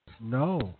no